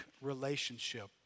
relationship